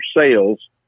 sales